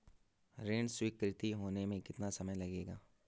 ऋण स्वीकृति होने में कितना समय लगेगा?